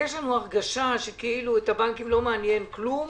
יש לנו הרגשה שאת הבנקים לא מעניין כלום,